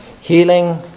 Healing